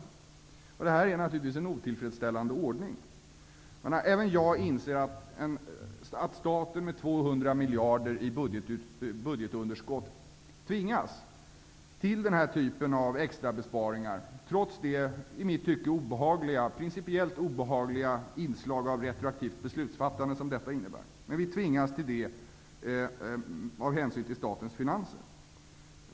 Det här är naturligtvis en otillfredsställande ordning. Även jag inser att staten med 200 miljarder i budgetunderskott tvingas till den här typen av extra besparingar, trots det i mitt tycke principiellt obehagliga inslag av retroaktivt beslutsfattande som detta innebär. Men vi tvingas till det av hänsyn till statens finanser.